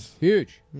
Huge